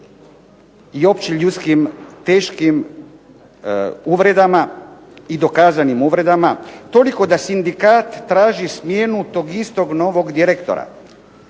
i općim ljudskim teškim uvredama i dokazanim uvredama toliko da Sindikat traži smjenu tog istog novog direktora